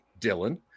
dylan